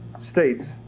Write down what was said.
states